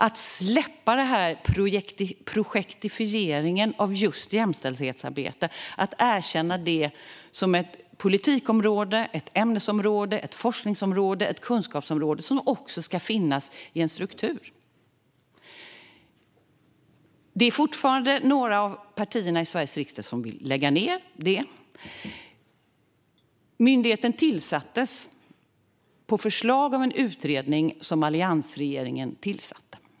Det handlar om att släppa projektifieringen av just jämställdhetsarbetet och erkänna det som ett politikområde, ämnesområde, forskningsområde och kunskapsområde som också ska finnas i en struktur. Det är fortfarande några av partierna i Sveriges riksdag som vill lägga ned Jämställdhetsmyndigheten. Myndigheten tillsattes på förslag av en utredning som alliansregeringen tillsatte.